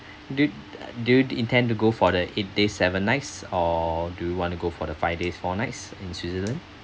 do uh do you intend to go for the eight days seven nights or do you want to go for the five days four nights in switzerland